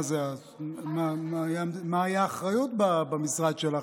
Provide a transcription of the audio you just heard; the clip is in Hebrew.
מה תהיה האחריות במשרד שלך,